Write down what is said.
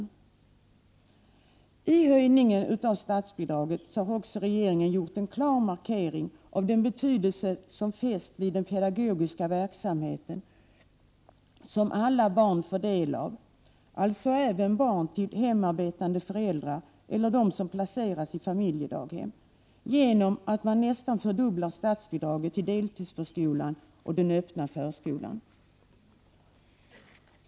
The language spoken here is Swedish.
I samband med höjningen av statsbidraget gjorde regeringen en klar markering av den betydelse den fäster vid den pedagogiska verksamhet som alla barn bör få del av, alltså även barn till hemarbetande föräldrar och de barn som placerats i familjedaghem, genom att nästan fördubbla statsbidragen till deltidsförskolan och den öppna förskolan.